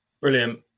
Brilliant